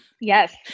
Yes